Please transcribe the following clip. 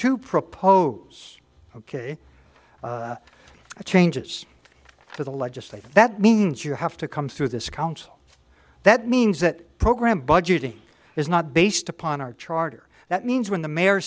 to propose ok changes for the legislator that means you have to come through this council that means that program budgeting is not based upon our charter that means when the mayor